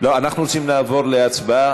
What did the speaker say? אז אנחנו עוברים להצבעה.